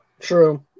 True